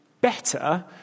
better